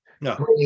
no